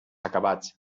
acabats